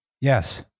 Yes